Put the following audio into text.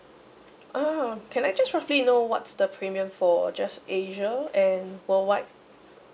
ah can I just roughly know what's the premium for just asia and worldwide